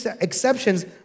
exceptions